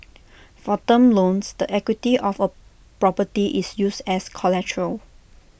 for term loans the equity of A property is used as collateral